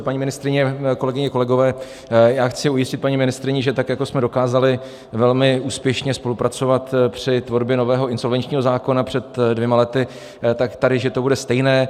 Paní ministryně, kolegyně, kolegové, já chci ujistit paní ministryni, že tak jako jsme dokázali velmi úspěšně spolupracovat při tvorbě nového insolvenčního zákona před dvěma lety, že tady to bude stejné.